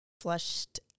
flushed